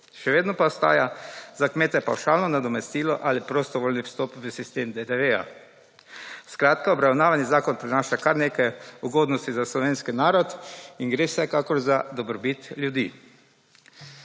Še vedno pa ostaja za kmete pavšalno nadomestilo ali prostovoljni vstop v sistem DDV. Skratka, obravnavani zakon prinaša kar nekaj ugodnosti za slovenski narod in gre vsekakor za dobrobit ljudi.